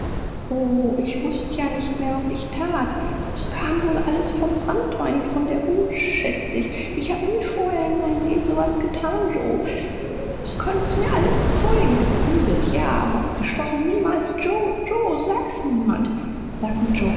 o ich wußte ja nicht mehr was ich tat s kam wohl alles vom branntwein und von der wut schätz ich ich hab nie vorher in meinem leben so was getan joe s können's mir alle bezeugen geprügelt ja aber gestochen niemals joe joe sag's niemand sag mir joe